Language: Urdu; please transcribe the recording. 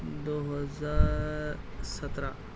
دو ہزار سترہ